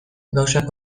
gauzak